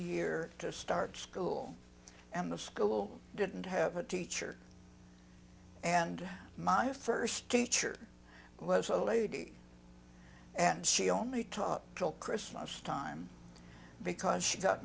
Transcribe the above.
year to start school and the school didn't have a teacher and my first teacher was a lady and she only top kill christmas time because she got